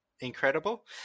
incredible